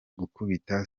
gukubita